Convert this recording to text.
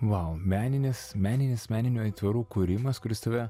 vau meninis meninis meninių aitvarų kūrimas kuris tave